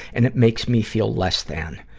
and it makes me feel less than.